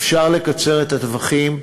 אפשר לקצר את הטווחים,